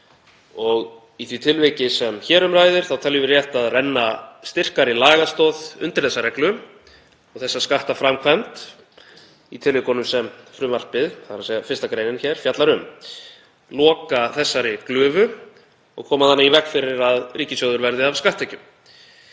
Í því tilviki sem hér um ræðir teljum við rétt að renna styrkari lagastoð undir þessa reglu, þessa skattaframkvæmd, í tilvikunum sem frumvarpið, þ.e. 1. gr., fjallar um, loka þessari glufu og koma þannig í veg fyrir að ríkissjóður verði af skatttekjum.